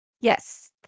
Yes